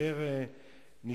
לפעמים יש לך אנשים שהם